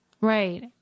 Right